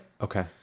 Okay